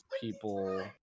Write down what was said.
people